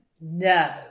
no